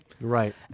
Right